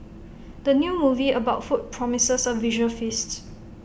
the new movie about food promises A visual feast